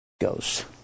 goes